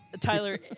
Tyler